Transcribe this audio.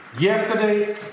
Yesterday